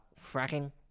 fracking